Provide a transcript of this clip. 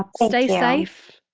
ah stay safe.